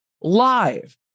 Live